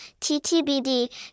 TTBD